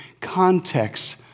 context